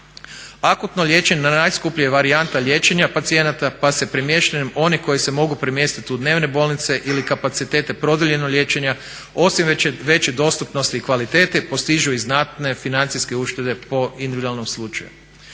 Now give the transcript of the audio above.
Akutno liječenje je najskuplja varijanta liječenja pacijenata pa se premještanjem onih koji se mogu premjestiti u dnevne bolnice ili kapacitete produljenog liječenja osim veće dostupnosti i kvalitete postižu i znatne financijske uštede po individualnom slučaju.